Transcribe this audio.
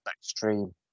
extreme